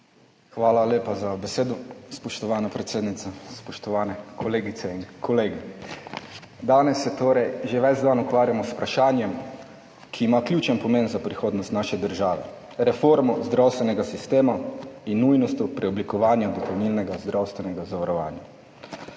Hvala lepa za besedo, spoštovana predsednica. Spoštovane kolegice in kolegi! Danes se torej že ves dan ukvarjamo z vprašanjem, ki ima ključen pomen za prihodnost naše države: z reformo zdravstvenega sistema in nujnostjo preoblikovanja dopolnilnega zdravstvenega zavarovanja.